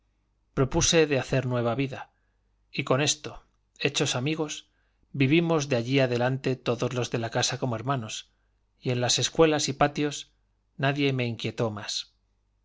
propuse de hacer nueva vida y con esto hechos amigos vivimos de allí adelante todos los de la casa como hermanos y en las escuelas y patios nadie me inquietó más